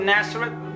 Nazareth